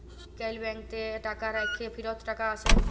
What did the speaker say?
আইজকাল ব্যাংকেতে টাকা রাইখ্যে ফিরত টাকা আসে